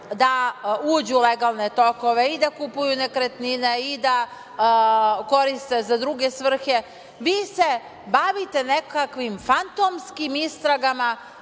da uđu u legalne tokove i da kupuju nekretnine i da koriste za druge svrhe, vi se bavite nekakvim fantomskim istragama